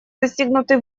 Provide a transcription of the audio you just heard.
достигнутый